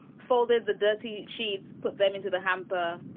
folded the dirty sheets, put them into the hamper.